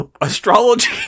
astrology